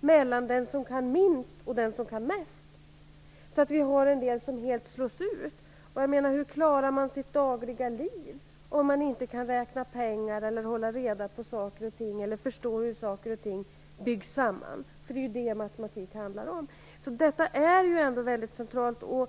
mellan dem som kan minst och dem som kan mest. Så det finns en del som helst slås ut. Hur klarar man sitt dagliga liv om man inte kan räkna pengar, hålla reda på saker och ting eller inte kan förstå hur saker hänger samman? Det är ju det som matematik handlar om. Detta är väldigt centralt.